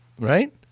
Right